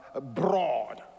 broad